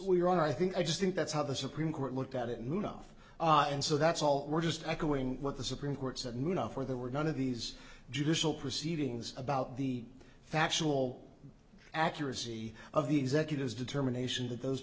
we're i think i just think that's how the supreme court looked at it munaf and so that's all we're just echoing what the supreme court said munaf where there were none of these judicial proceedings about the factual accuracy of the executors determination that those